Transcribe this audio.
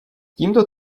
tímto